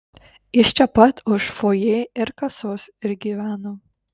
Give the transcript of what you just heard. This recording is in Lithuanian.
jis čia pat už fojė ir kasos ir gyveno